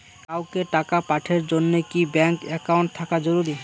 কাউকে টাকা পাঠের জন্যে কি ব্যাংক একাউন্ট থাকা জরুরি?